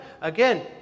Again